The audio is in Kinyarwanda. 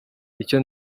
icyo